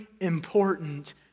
important